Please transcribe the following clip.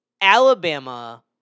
Alabama